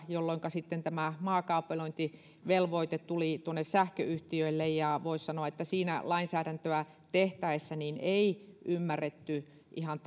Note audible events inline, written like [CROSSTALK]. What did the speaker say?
jolloinka sitten tämä maakaapelointivelvoite tuli sähköyhtiöille voisi sanoa että siinä lainsäädäntöä tehtäessä ei ymmärretty ihan [UNINTELLIGIBLE]